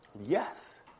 Yes